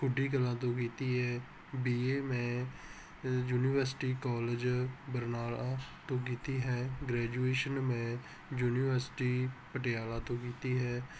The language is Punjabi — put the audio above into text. ਖੁੱਡੀ ਕਲਾਂ ਤੋਂ ਕੀਤੀ ਹੈ ਬੀਏ ਮੈਂ ਯੂਨੀਵਰਸਿਟੀ ਕਾਲਜ ਬਰਨਾਲਾ ਤੋਂ ਕੀਤੀ ਹੈ ਗ੍ਰੈਜੂਏਸ਼ਨ ਮੈਂ ਯੂਨੀਵਰਸਿਟੀ ਪਟਿਆਲਾ ਤੋਂ ਕੀਤੀ ਹੈ